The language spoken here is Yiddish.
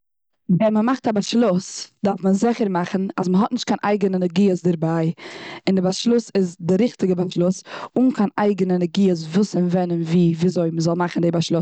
ווען מ'מאכט א באשלוס דארף מען זיכער מאכן אז מ'האט נישט קיין אייגענע נגיעות דערביי. און די באשלוס איז די ריכטיגע באשלוס, אן קיין אייגענע נגיעות וואס, און, ווען, און, ווי, וויאזוי, מ'זאל מאכן די באשלוס.